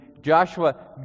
Joshua